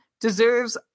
deserves